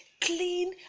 clean